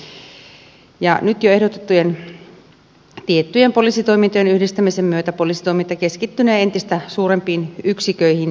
nyt jo ehdotettujen tiettyjen poliisitoimintojen yhdistämisen myötä poliisitoiminta keskittynee entistä suurempiin yksiköihin